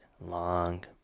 long